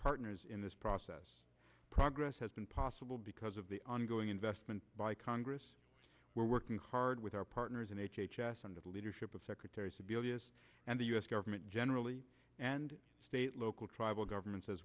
partners in this process progress has been possible because of the ongoing investment by congress we're working hard with our partners in h h s under the leadership of secretary sebelius and the u s government generally and state local tribal governments as